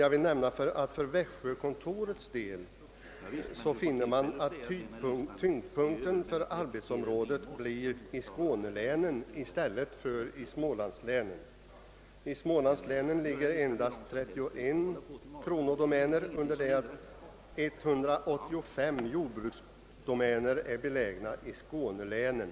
Jag vill emellertid nämna att tyngdpunten för arbetsområdet när det gäller växjökontoret kommer att ligga i skånelänen i stället för i smålandslänen. I smålandslänen finns endast 31 kronodomäner, under det att 185 jordbruksdomäner är belägna i skånelänen.